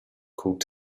called